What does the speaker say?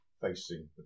facing